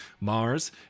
Mars